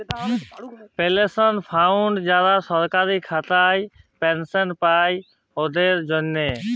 পেলশল fund যারা সরকারি খাতায় পেলশল পায়, উয়াদের জ্যনহে